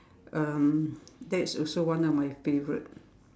um that's also one of my favorite